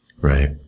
Right